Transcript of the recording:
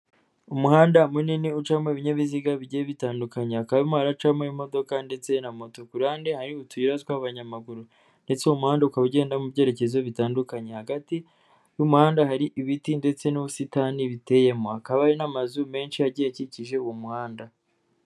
Umuhanda munini ucamo ibinyabiziga bigiye bitandukanye, hakaba harimo haracamo imodoka ndetse na moto ku ruhande hari utuyira tw'abanyamaguru ndetse uwo muhanda uka ugenda mu byerekezo bitandukanye, hagati y'umuhanda hari ibiti ndetse n'ubusitani biteyemo, hakaba hari n'amazu menshi agiye akikije uwo umuhanda.